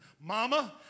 Mama